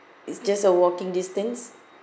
it's just a walking distance